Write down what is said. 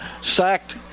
sacked